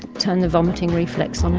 turn the vomiting reflex on